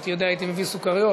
אם הייתי יודע הייתי מביא סוכריות,